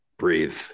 breathe